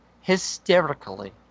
hysterically